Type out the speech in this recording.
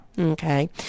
okay